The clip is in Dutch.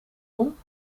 kom